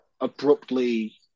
abruptly